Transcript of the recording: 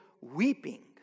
weeping